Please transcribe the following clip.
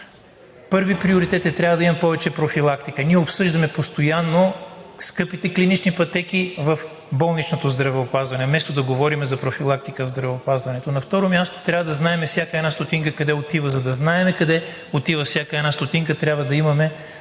Първият приоритет е, че трябва да има повече профилактика. Ние обсъждаме постоянно скъпите клинични пътеки в болничното здравеопазване, вместо да говорим за профилактика в здравеопазването. На второ място, трябва да знаем всяка една стотинка къде отива. За да знаем къде отива всяка една стотинка, трябва да имаме